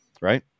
right